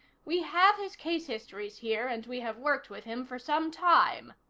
we have his case histories here, and we have worked with him for some time.